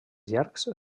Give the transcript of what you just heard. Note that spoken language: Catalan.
llargs